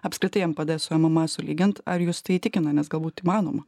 apskritai npd su mma sulygint ar jus tai įtikina nes galbūt įmanoma